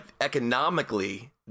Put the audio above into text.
economically